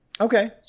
okay